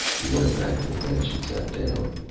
he went back to the bench and sat down.